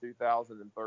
2013